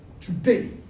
today